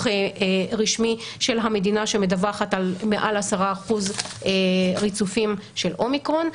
רשמי של המדינה שמדווחת על מעל 10% ריצופים של אומיקרון.